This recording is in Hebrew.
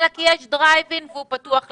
אלא כי יש דרייב-אין והוא פתוח לכולם.